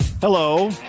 hello